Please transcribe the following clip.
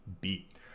beat